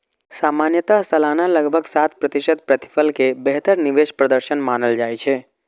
सामान्यतः सालाना लगभग सात प्रतिशत प्रतिफल कें बेहतर निवेश प्रदर्शन मानल जाइ छै